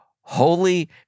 holy